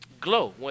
Glow